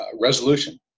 resolution